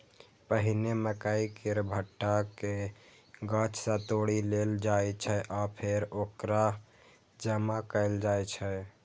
पहिने मकइ केर भुट्टा कें गाछ सं तोड़ि लेल जाइ छै आ फेर ओकरा जमा कैल जाइ छै